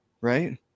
right